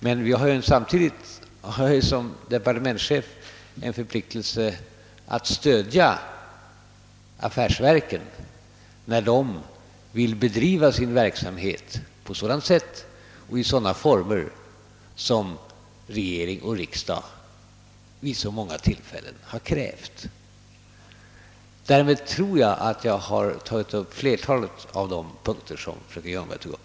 Men samtidigt har jag som departementschef en förpliktelse att stödja affärsverken i deras strävan att bedriva sin verksamhet på ett sådant sätt och i sådana former, som regering och riksdag vid så många tillfällen har krävt. Med detta tror jag mig ha besvarat flertalet av de punkter som fröken Ljungberg tog upp.